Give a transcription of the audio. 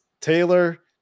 Taylor